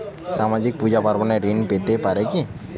সামাজিক পূজা পার্বণে ঋণ পেতে পারে কি?